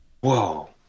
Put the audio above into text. Whoa